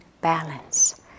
balance